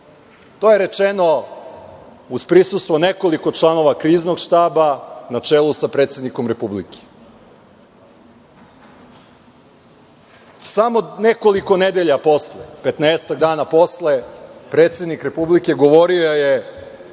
To je rečeno uz prisustvo nekoliko članova Kriznog štaba, na čelu sa predsednikom Republike. Samo nekoliko nedelja posle, petnaestak dana posle, predsednik Republike govorio je